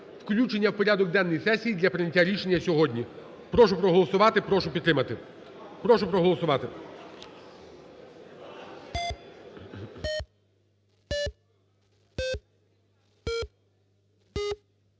включення в порядок денний сесії для прийняття рішення сьогодні. Прошу проголосувати. Прошу підтримати. Прошу проголосувати.